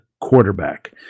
quarterback